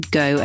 go